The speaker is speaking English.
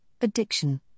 addiction